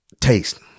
Taste